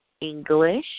English